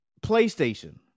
PlayStation